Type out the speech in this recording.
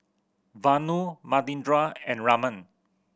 Vanu Manindra and Raman